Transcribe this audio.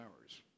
hours